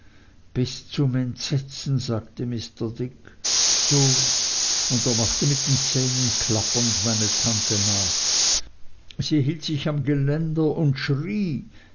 bis zum entsetzen sagte mr dick so und er machte mit den zähnen klappernd meine tante nach sie hielt sich am geländer und schrie